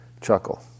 chuckle